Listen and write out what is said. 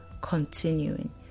continuing